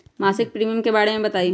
मासिक प्रीमियम के बारे मे बताई?